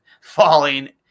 falling